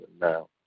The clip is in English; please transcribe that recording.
now